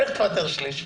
איך תפטר שליש?